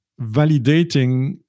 validating